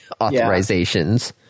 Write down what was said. authorizations